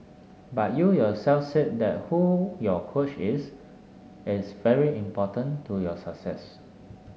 but you yourself said that who your coach is is very important to your success